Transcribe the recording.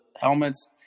helmets